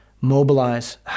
mobilize